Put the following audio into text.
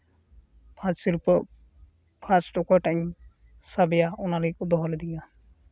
first ᱥᱤᱨᱯᱟᱹ first ᱚᱠᱚᱭᱴᱟᱜ ᱤᱧ ᱥᱟᱵᱮᱭᱟ ᱚᱱᱟ ᱞᱟᱹᱜᱤᱫ ᱠᱚ ᱫᱚᱦᱚ ᱞᱤᱫᱤᱧᱟ